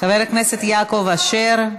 חבר הכנסת יעקב אשר,